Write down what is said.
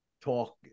talk